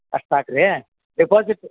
ಅಷ್ಟು ಸಾಕು ರೀ ಡೆಪಾಸಿಟ್